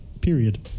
Period